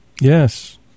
Yes